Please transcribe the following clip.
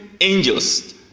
angels